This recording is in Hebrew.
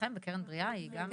אצלכם ב"קרן בריאה", היא גם?